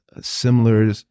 similar